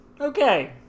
Okay